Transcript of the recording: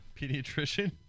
pediatrician